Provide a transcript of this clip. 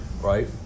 right